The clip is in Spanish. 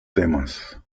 temas